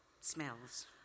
smells